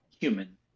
human